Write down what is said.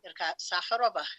ir ką sacharovą